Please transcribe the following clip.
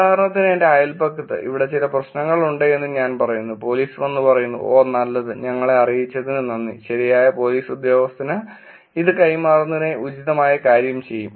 ഉദാഹരണത്തിന് എന്റെ അയൽപക്കത്ത് ഇവിടെ ചില പ്രശ്നങ്ങളുണ്ടെന്ന് ഞാൻ പറയുന്നു പോലീസ് വന്ന് പറയുന്നു ഓ നല്ലത് ഞങ്ങളെ അറിയിച്ചതിന് നന്ദി ശരിയായ പോലീസ് ഉദ്യോഗസ്ഥന് ഇത് കൈമാറുന്നതിനായി ഉചിതമായ കാര്യം ചെയ്യും